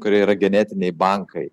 kurie yra genetiniai bankai